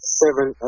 seven